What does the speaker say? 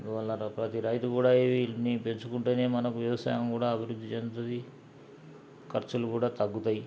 అందువల్ల ప్రతి రైతు కూడా వీటిని పెంచుకుంటనే మనకు వ్యవసాయం కూడా అభివృద్ధి చెందుతుంది ఖర్చులు కూడా తగ్గుతాయి